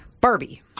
Barbie